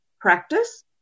practice